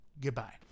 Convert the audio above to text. Goodbye